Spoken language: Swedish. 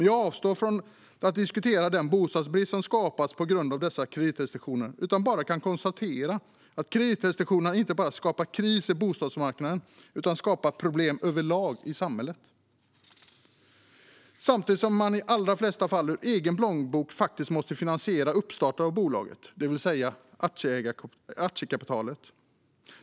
Jag avstår dock från att diskutera den bostadsbrist som skapas på grund av dessa kreditrestriktioner utan kan bara konstatera att kreditrestriktionerna inte bara skapar kris på bostadsmarknaden utan också skapar problem överlag i samhället. Samtidigt måste man i de allra flesta fall ur egen plånbok finansiera uppstarten av bolaget, det vill säga aktiekapitalet.